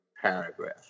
paragraph